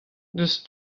eus